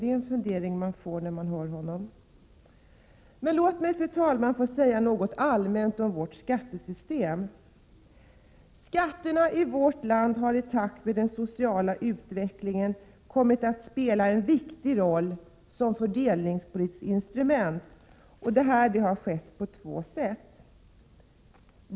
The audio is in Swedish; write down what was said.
Det är en fundering som man får när man hör honom. Men låt mig få säga något allmänt om vårt skattesystem. Skatterna i vårt land har i takt med den sociala utvecklingen kommit att spela en viktig roll som fördelningspolitiskt instrument. Det har skett på två sätt.